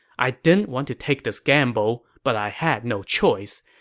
i didn't want to take this gamble, but i had no choice.